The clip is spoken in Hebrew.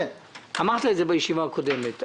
אמרת את זה בישיבה הקודמת,